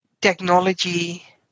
technology